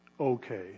okay